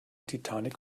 titanic